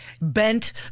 bent